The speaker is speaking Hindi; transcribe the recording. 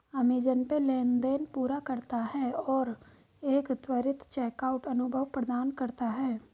अमेज़ॅन पे लेनदेन पूरा करता है और एक त्वरित चेकआउट अनुभव प्रदान करता है